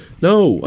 No